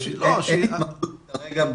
כמשרד,